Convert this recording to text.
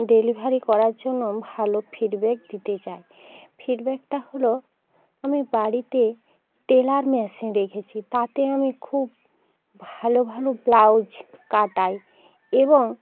delivery করার জন্য ভালো ফিডব্যাক দিতে চাই ফিডব্যাকটা হল আমি বাড়িতে টেলার মেশিন রেখেছি তাতে আমি খুব ভালো ভালো ব্লাউজ কাটাই এবং